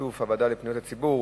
בשיתוף הוועדה לפניות הציבור,